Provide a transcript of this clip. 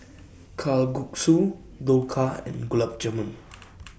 Kalguksu Dhokla and Gulab Jamun